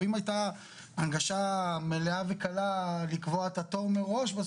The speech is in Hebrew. אם הייתה הנגשה מלאה וקלה לקבוע את התור מראש,